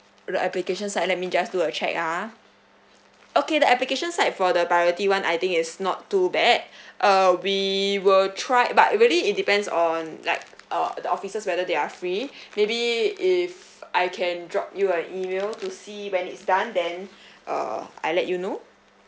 the application side let me just do a check ah okay the application side for the priority one I think is not too bad uh we will try but really it depends on like err the officers whether they are free maybe if I can drop you an email to see when it's done then uh I'll let you know